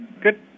Good